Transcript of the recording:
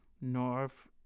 north